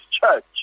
church